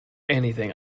anything